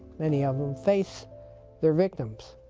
many of em, face their victims,